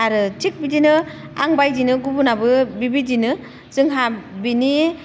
आरो थिग बिदिनो आं बायदिनो गुबुनाबो बेबायदिनो जोंहा बिनि